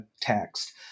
text